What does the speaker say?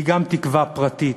היא גם תקווה פרטית,